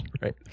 right